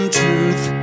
truth